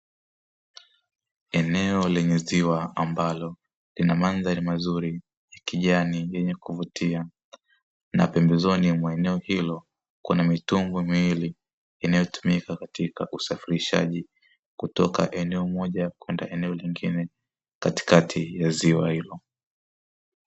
Eneo lenye ziwa, ambalo lina mandhari nzuri ya kijani yenye kuvutia, na pembezoni mwa eneo hilo kuna mitumbwi miwili inayotumika katika usafirishaji, kutoka eneo moja kwenda eneo lingine, katikati ya ziwa hilo.